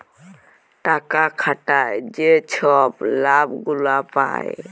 টাকা খাটায় যে ছব লাভ গুলা পায়